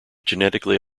genetically